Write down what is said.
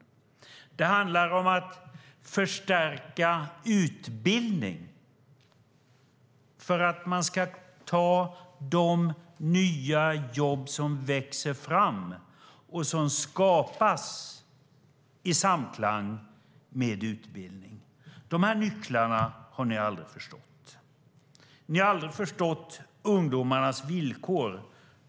Ytterligare en nyckel handlar om att förstärka utbildning, för att man ska ta de nya jobb som växer fram och som skapas i samklang med utbildning. De här nycklarna har ni aldrig förstått. Ni har aldrig förstått ungdomarnas villkor.